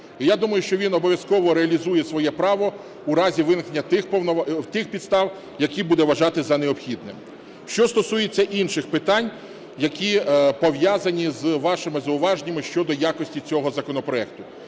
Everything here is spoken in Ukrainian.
І я думаю, що він обов'язково реалізує своє право у разі виникнення тих підстав, які буде вважати за необхідне. Що стосується інших питань, які пов'язані з вашими зауваженнями щодо якості цього законопроекту.